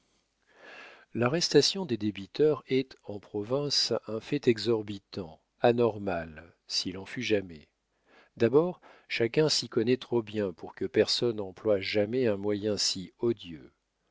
l'arrestation des débiteurs est en province un fait exorbitant anormal s'il en fût jamais d'abord chacun s'y connaît trop bien pour que personne emploie jamais un moyen si odieux